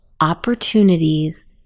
opportunities